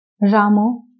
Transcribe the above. Ramo